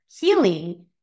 Healing